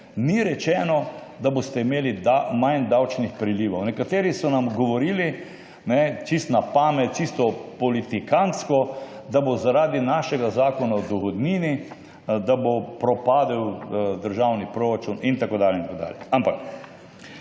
ni rečeno, da boste imeli manj davčnih prilivov. Nekateri so nam govorili čisto na pamet, čisto politikantsko, da bo zaradi našega Zakona o dohodnini propadel državni proračun in tako dalje in tako dalje. Ampak